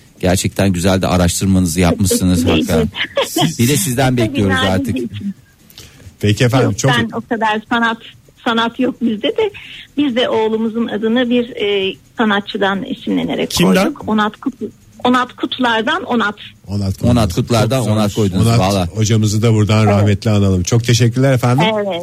Gerçekten güzel de araştırmanızı yapmışsınız Teşekkür hakikaten. ederim. Siz- Bir de sizden Biz de bekliyoruz bina artık. bizim için. Peki efendim, Yok, çok- ben o kadar sanat- sanat yok bizde de, biz de oğlumuzun adını bir, e, sanatçıdan isimlenerek Kimden? koyduk. Onat Kut- Onat Kutlar'dan Onat. Onat Kutlar'dan. Onat Kutlar'dan Onat koydunuz, Onat vallahi. hocamızı da buradan Evet. rahmetle analım. Çok teşekkürler efendim. Evet.